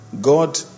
God